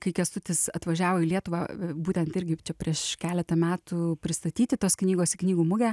kai kęstutis atvažiavo į lietuvą būtent irgi čia prieš keletą metų pristatyti tos knygos į knygų mugę